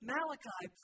Malachi